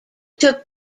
took